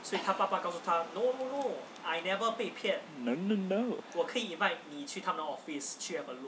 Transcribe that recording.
no no no